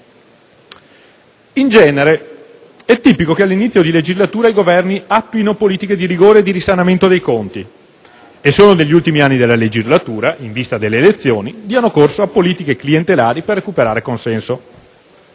In genere è tipico che all'inizio di legislatura i Governi attuino politiche di rigore e di risanamento dei conti, e solo negli ultimi anni della legislatura, in vista delle elezioni, diano corso a politiche clientelari per recuperare consenso.